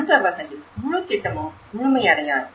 அந்த வகையில் முழு திட்டமும் முழுமையடையாது